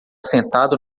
sentado